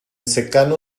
secano